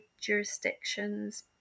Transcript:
jurisdictions